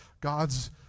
God's